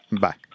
Bye